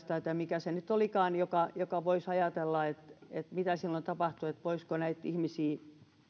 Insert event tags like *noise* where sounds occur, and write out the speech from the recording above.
*unintelligible* tai mikä se nyt olikaan joka joka voisi pohtia mitä silloin tapahtui voisiko näitä ihmisiä